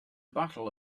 battle